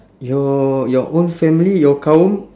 your your own family your kaum